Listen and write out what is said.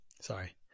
Sorry